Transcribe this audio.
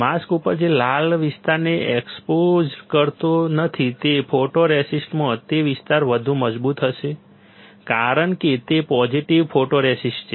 mask ઉપર જે આ લાલ વિસ્તારને એક્સપોઝડ કરતો નથી તે ફોટોરેસિસ્ટમાં તે વિસ્તાર વધુ મજબૂત હશે કારણ કે તે પોઝિટિવ ફોટોરેસિસ્ટ છે